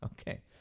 Okay